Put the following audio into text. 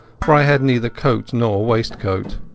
for i had neither coat nor waistcoat.